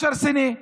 עבריין לא נודע.